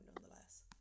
nonetheless